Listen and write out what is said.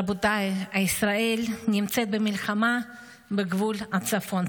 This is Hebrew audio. רבותיי, ישראל נמצאת במלחמה בגבול הצפון.